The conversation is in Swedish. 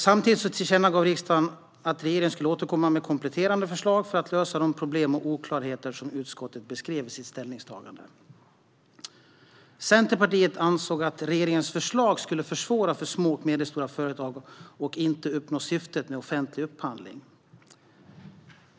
Samtidigt tillkännagav riksdagen att regeringen skulle återkomma med kompletterande förslag för att lösa de problem och oklarheter som utskottet beskrev i sitt ställningstagande. Centerpartiet ansåg att regeringens förslag skulle försvåra för små och medelstora företag och inte uppnå syftet med offentlig upphandling.